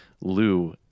Lou